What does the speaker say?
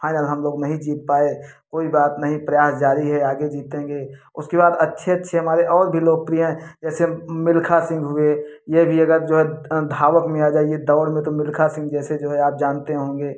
final हम लोग नहीं जीत पाए कोई बात नहीं प्रयास जारी है आगे जीतेंगे उसके बाद अच्छे अच्छे हमारे और भी लोकप्रिय ऐसे मिल्खा सिंह हुए ये भी अगर जो है धावक में आ जाइए दौर में तो मिल्खा सिंह जैसे जो है आप जानते होंगे